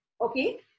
Okay